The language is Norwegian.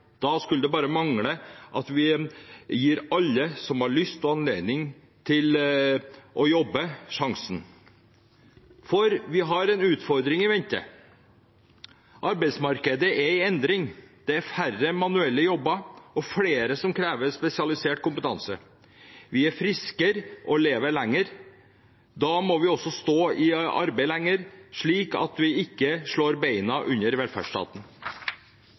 Da skulle det bare mangle at vi ikke gir alle som har lyst og anledning til å jobbe, sjansen. Vi har en utfordring i vente. Arbeidsmarkedet er i endring. Det er færre manuelle jobber og flere som krever spesialisert kompetanse. Vi er friskere og lever lenger. Da må vi også stå i arbeid lenger, slik at vi ikke slår beina vekk under velferdsstaten.